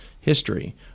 history